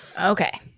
okay